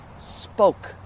spoke